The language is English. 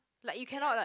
like you cannot like